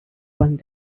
one